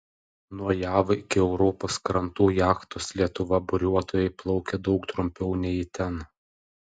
nuo jav iki europos krantų jachtos lietuva buriuotojai plaukė daug trumpiau nei į ten